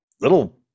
little